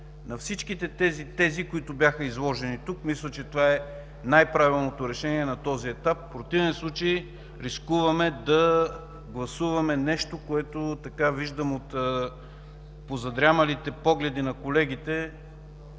на всичките тези тези, които бяха изложени тук. Мисля, че това е най-правилното решение на този етап. В противен случай рискуваме да гласуваме нещо, което, виждам от позадрямалите погледи на колегите,